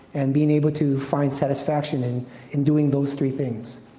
and being able to find satisfaction in in doing those three things.